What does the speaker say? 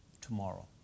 tomorrow